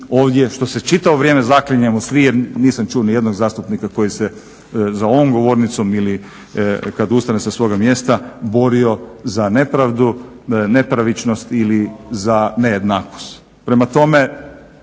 ovdje, što se čitavo vrijeme zaklinjemo svi jer nisam čuo ni jednog zastupnika koji se za ovom govornicom ili kada ustane sa svoga mjesta borio za nepravdu, nepravičnost ili za nejednakost.